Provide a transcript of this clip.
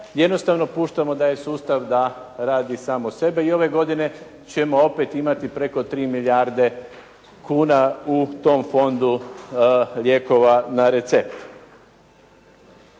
jednostavno puštamo taj sustav da radi sam od sebe i ove godine ćemo opet imati preko 3 milijarde kuna u tom fondu lijekova na recept.